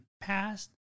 past